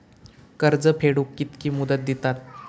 कर्ज फेडूक कित्की मुदत दितात?